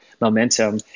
momentum